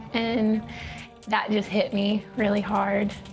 and that just hit me really hard,